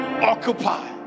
Occupy